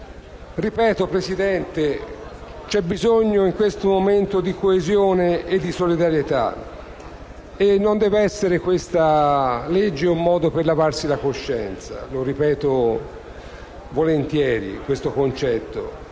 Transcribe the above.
signor Presidente: c'è bisogno in questo momento di coesione e di solidarietà e non deve essere questo provvedimento un modo per lavarsi la coscienza. Lo ripeto volentieri questo concetto.